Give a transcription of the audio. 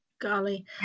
Golly